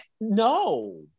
No